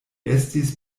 estis